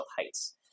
heights